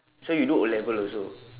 so you do O-level also